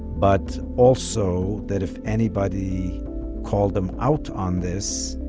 but also, that if anybody called him out on this,